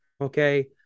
okay